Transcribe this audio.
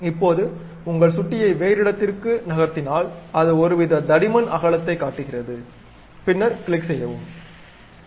இப்போது உங்கள் சுட்டியை வேறு இடத்திற்கு நகர்த்தினால் அது ஒருவித தடிமன் அகலத்தைக் காட்டுகிறது பின்னர் கிளிக் செய்யவும் பின்னர் இது செய்யப்படுகிறது